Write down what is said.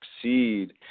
succeed